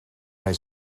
hij